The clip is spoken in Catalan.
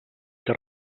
que